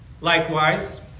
Likewise